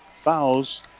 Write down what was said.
fouls